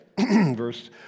verse